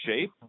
shape